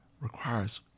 requires